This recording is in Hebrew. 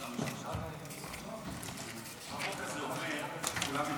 הזה אומר שכולם מתגייסים.